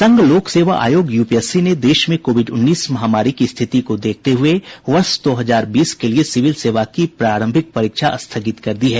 संघ लोक सेवा आयोग यूपीएससी ने देश में कोविड उन्नीस महामारी की स्थिति को देखते हुए वर्ष दो हजार बीस के लिए सिविल सेवा की प्रारंभिक परीक्षा स्थगित कर दी है